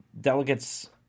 delegates